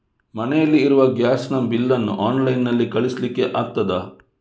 ಮನೆಯಲ್ಲಿ ಇರುವ ಗ್ಯಾಸ್ ನ ಬಿಲ್ ನ್ನು ಆನ್ಲೈನ್ ನಲ್ಲಿ ಕಳಿಸ್ಲಿಕ್ಕೆ ಆಗ್ತದಾ?